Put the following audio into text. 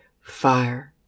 fire